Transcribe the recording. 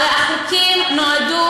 החוקים נועדו,